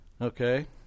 Okay